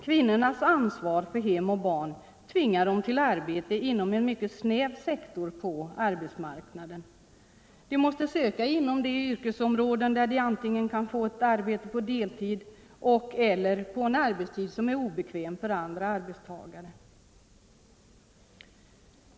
Kvinnornas ansvar för hem och barn tvingar dem till arbete inom en mycket snäv sektor på arbetsmarknaden. De måste söka inom det yrkesområde där de antingen kan få ett arbete på deltid och/eller på en arbetstid som är obekväm för andra arbetstagare.